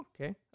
Okay